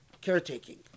caretaking